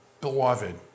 beloved